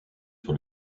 sur